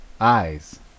eyes